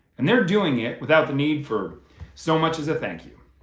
and they're doing it without the need for so much as a thank you.